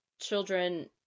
children